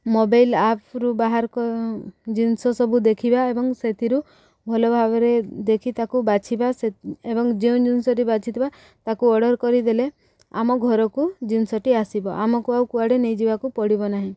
mobile ଆପ୍ରୁୁ ବାହାର ଜିନିଷ ସବୁ ଦେଖିବା ଏବଂ ସେଥିରୁ ଭଲ ଭାବରେ ଦେଖି ତାକୁ ବାଛିବା ଏବଂ ଯେଉଁ ଜିନିଷଟି ବାଛିଥିବା ତାକୁ ଅର୍ଡ଼ର କରିଦେଲେ ଆମ ଘରକୁ ଜିନିଷଟି ଆସିବ ଆମକୁ ଆଉ କୁଆଡ଼େ ନେଇଯିବାକୁ ପଡ଼ିବ ନାହିଁ